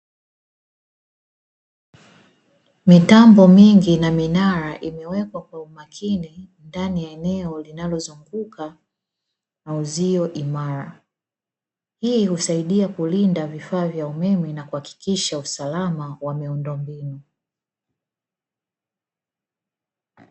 Mitambo mingi na minara imewekwa kwa umakini ndani ya eneo linalozunguka na uzio imara, hii inasaidia kulinda vifaa vya umeme na kuhakikisha usalama wa miundombinu.